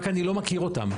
רק שאני לא מכיר אותם.